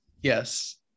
yes